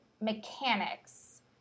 mechanics